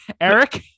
Eric